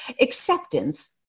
Acceptance